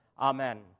Amen